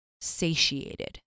satiated